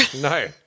no